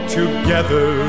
together